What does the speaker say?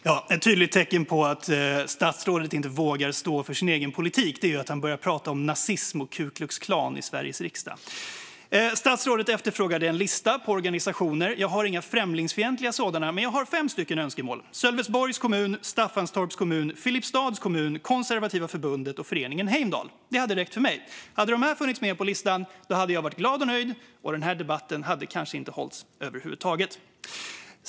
Herr talman! Ett tydligt tecken på att statsrådet inte vågar stå för sin egen politik är att han börjar prata om nazism och Ku Klux Klan i Sveriges riksdag. Statsrådet efterfrågade en lista på organisationer. Jag har inga främlingsfientliga sådana, men jag har fem önskemål: Sölvesborgs kommun, Staffanstorps kommun, Filipstads kommun, Konservativa förbundet och Föreningen Heimdal. Det hade räckt för mig. Om de hade funnits med på listan hade jag varit glad och nöjd och denna debatt hade kanske inte hållits över huvud taget.